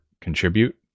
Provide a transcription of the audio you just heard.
contribute